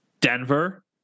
Denver